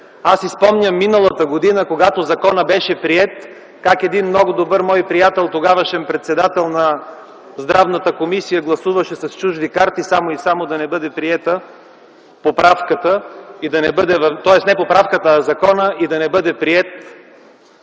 Аз си спомням миналата година, когато законът беше приет, как един много добър мой приятел, тогавашен председател на Здравната комисия, гласуваше с чужди карти само и само да не бъде приет законът, и да не бъде приет